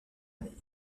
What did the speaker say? année